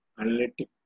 analytic